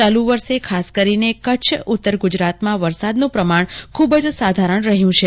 ચ્યુ વર્ષે ખાસ કરીને કચ્છ ઉત્તર ગુજરાતમાં વરસાદનું પ્રમાણ ખુબ જ સાધારણ છે